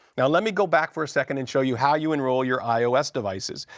now, let me go back for a second and show you how you enroll your ios devices.